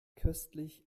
köstlich